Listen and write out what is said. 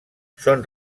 són